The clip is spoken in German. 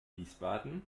wiesbaden